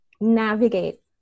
navigate